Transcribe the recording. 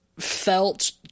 Felt